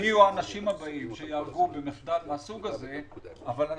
מי יהיו האנשים הבאים שיעברו מחדל מן הסוג הזה,